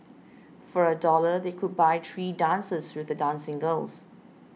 for a dollar they could buy three dances with the dancing girls